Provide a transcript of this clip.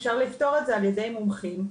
אפשר לפתור את זה על-ידי מומחים,